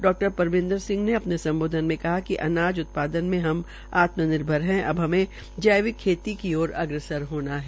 डॉ परमिंदर सिंह ने अपने सम्बोधन में कहा कि अनाज उत्पादन में हम आत्मनिर्भर है अब हमें जैविक खेती की ओर अग्रसर होना है